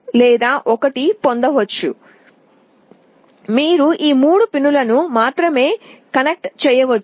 కు అనలాగ్ మాత్రమే కావాలి అప్పుడు మీరు ఈ మూడు పిన్లను మాత్రమే కనెక్ట్ చేయవచ్చు